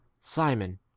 Simon